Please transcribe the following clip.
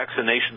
vaccinations